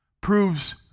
proves